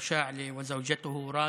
אלפי המפגינים ולמחאה,